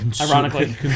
ironically